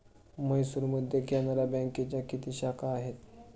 म्हैसूरमध्ये कॅनरा बँकेच्या किती शाखा आहेत?